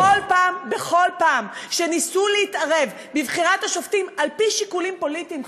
בכל פעם שניסו להתערב בבחירת השופטים על-פי שיקולים פוליטיים,